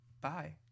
Bye